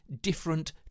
different